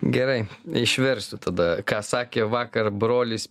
gerai išversiu tada ką sakė vakar brolis